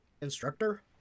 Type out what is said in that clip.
instructor